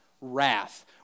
wrath